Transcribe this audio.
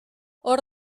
hor